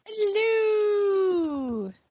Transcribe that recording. Hello